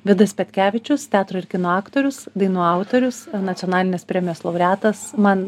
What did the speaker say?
vidas petkevičius teatro ir kino aktorius dainų autorius nacionalinės premijos laureatas man